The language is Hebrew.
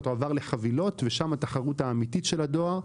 עבר לחבילות ושם התחרות האמיתית של הדואר.